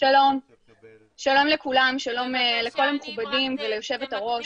שלום לכולם, שלום לכל המכובדים וליושבת הראש.